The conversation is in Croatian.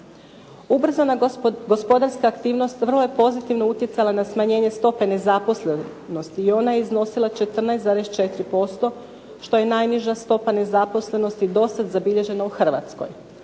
Ubrzana gospodarska aktivnost vrlo je pozitivno utjecala na smanjenje stope nezaposlenosti i ona je iznosila 14,4% što je najniža stopa nezaposlenosti dosad zabilježena u Hrvatskoj.